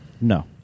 No